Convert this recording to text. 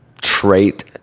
trait